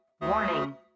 Warning